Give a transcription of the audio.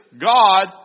God